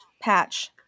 patch